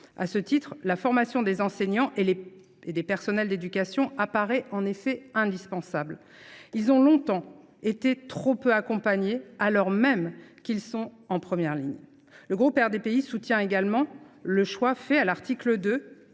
À ce titre, la formation des enseignants et des personnels d’éducation apparaît indispensable. Ils ont longtemps été trop peu accompagnés, alors même qu’ils sont en première ligne. Le groupe Rassemblement des démocrates,